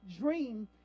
dream